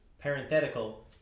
Parenthetical